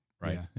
right